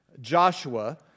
Joshua